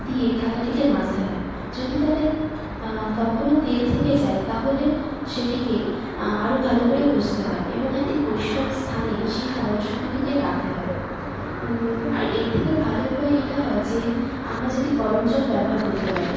দিয়ে থালাটিকে মাজতে হয় যদি তাতে তখনও তেল থেকে যায় তাহলে সেটিকে আরও ভালো করে ঘষতে হয় এবং একটি পরিষ্কার স্থানে সেই থালা বাসনগুলিকে রাখতে হয় আর এর থেকে ভালো উপায় এটা হয় যে আমরা যদি গরম জল ব্যবহার করতে পারি